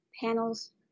panels